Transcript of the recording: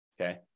Okay